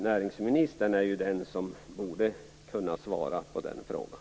Näringsministern är den person som borde kunna svara på den frågan.